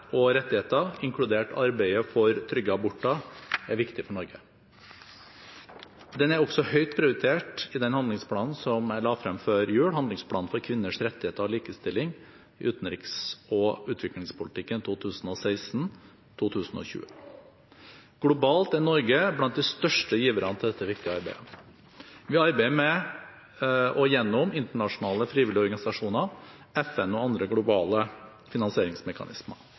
og rettigheter, inkludert arbeidet for trygge aborter, er viktig for Norge. Det er også høyt prioritert i den handlingsplanen som jeg la fram før jul, Handlingsplan for kvinners rettigheter og likestilling i utenriks- og utviklingspolitikken 2016–2020. Globalt er Norge blant de største giverne til dette viktige arbeidet. Vi arbeider med og gjennom internasjonale frivillige organisasjoner, FN og andre globale finansieringsmekanismer